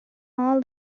all